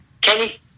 Kenny